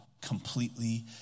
completely